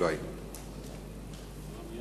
של